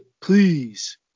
please